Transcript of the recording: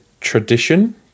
tradition